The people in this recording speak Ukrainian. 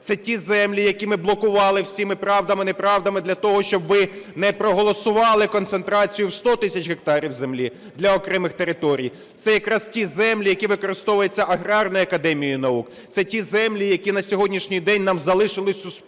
Це ті землі, які ми блокували, всіма правдами і неправдами, для того, щоб ви не проголосували концентрацію в 100 тисяч гектарів землі для окремих територій. Це якраз ті землі, які використовуються Аграрною академією наук. Це ті землі, які на сьогоднішній день нам залишились у спадок,